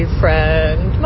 friend